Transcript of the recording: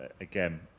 again